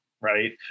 right